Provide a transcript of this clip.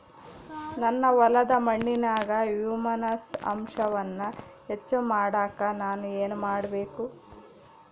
ನನ್ನ ಹೊಲದ ಮಣ್ಣಿನಾಗ ಹ್ಯೂಮಸ್ ಅಂಶವನ್ನ ಹೆಚ್ಚು ಮಾಡಾಕ ನಾನು ಏನು ಮಾಡಬೇಕು?